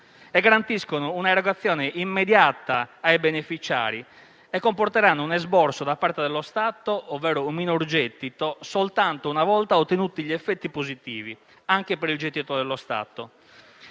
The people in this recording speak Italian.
garantiscono un'erogazione immediata ai beneficiari; comporteranno un esborso da parte dello Stato, ovvero un minor gettito, soltanto una volta ottenuti gli effetti positivi anche per il gettito dello Stato.